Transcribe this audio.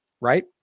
right